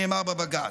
נאמר בבג"ץ.